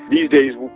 these days,